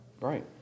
Right